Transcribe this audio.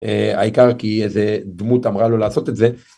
העיקר כי איזה דמות אמרה לו לעשות את זה.